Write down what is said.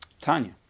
tanya